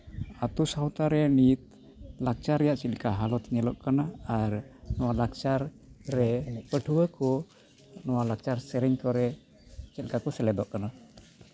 ᱟᱛᱳ ᱥᱟᱶᱛᱟ ᱨᱮ ᱱᱤᱛ ᱞᱟᱠᱪᱟᱨ ᱨᱮᱭᱟᱜ ᱪᱮᱫ ᱞᱮᱠᱟ ᱦᱟᱞᱚᱛ ᱧᱮᱞᱚᱜ ᱠᱟᱱᱟ ᱟᱨ ᱱᱚᱣᱟ ᱞᱟᱠᱪᱟᱨ ᱨᱮ ᱯᱟᱹᱴᱷᱩᱣᱟᱹ ᱠᱚ ᱱᱚᱣᱟ ᱞᱟᱠᱪᱟᱨ ᱥᱮᱨᱮᱧ ᱠᱚᱨᱮᱜ ᱪᱮᱫ ᱞᱮᱠᱟ ᱠᱚ ᱥᱮᱞᱮᱫᱚᱜ ᱠᱟᱱᱟ